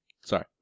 Sorry